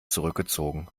zurückgezogen